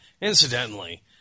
incidentally